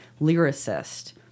lyricist –